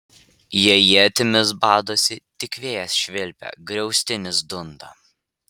jie ietimis badosi tik vėjas švilpia griaustinis dunda